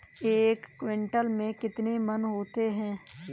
एक क्विंटल में कितने मन होते हैं?